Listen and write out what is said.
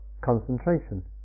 concentration